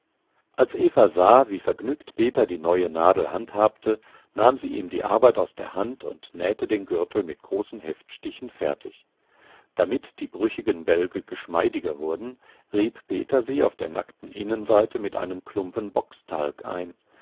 als eva sah wie vergnügt peter die neue nadel handhabte nahm sie ihm die arbeit aus der hand und nähte den gürtel mit großen heftstichen fertig damit die brüchigen bälge geschmeidiger wurden rieb peter sie auf der nackten innenseite mit einem klumpen bockstalg ein